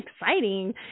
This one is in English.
exciting